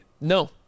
No